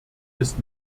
ist